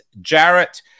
Jarrett